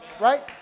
right